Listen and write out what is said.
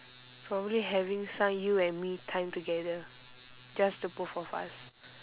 probably having some you and me time together just the both of us